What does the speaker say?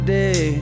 day